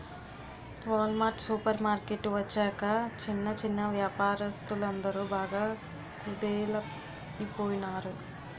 wall mart supermarket వచ్చాక చిన్న చిన్నా వ్యాపారస్తులందరు బాగా కుదేలయిపోనారు